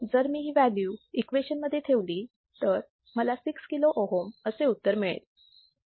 जर मी ही व्हॅल्यू इक्वेशन मध्ये ठेवली तर मला 6 kilo ohm असे उत्तर मिळेल